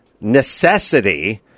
necessity